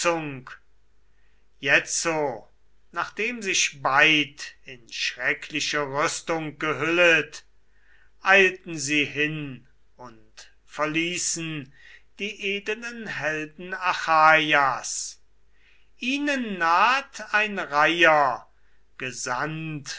jetzo nachdem sich beid in schreckliche rüstung gehüllet eilten sie hin und verließen die edelen helden achaias ihnen naht ein reiher gesandt